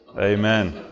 Amen